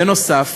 בנוסף